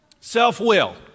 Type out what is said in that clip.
Self-will